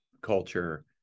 culture